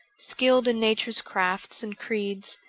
skilled in nature's crafts and creeds,